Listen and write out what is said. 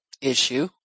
issue